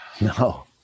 no